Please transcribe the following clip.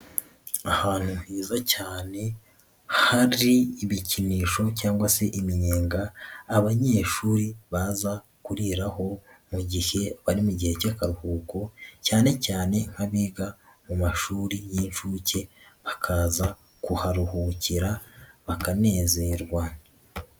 Ahantu heza cyane hari ibikinisho cyangwa se iminyenga abanyeshuri baza kuriraho mu gihe bari mu gihe cy'akaruhuko cyane cyane nk'abiga mu mashuri y'inshuke bakaza kuharuhukira bakanezerwa.